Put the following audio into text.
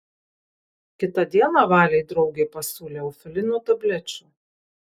kitą dieną valei draugė pasiūlė eufilino tablečių